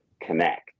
connect